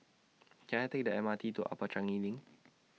Can I Take The M R T to Upper Changi LINK